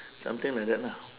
something like that lah